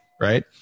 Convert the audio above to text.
right